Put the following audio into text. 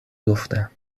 گفتم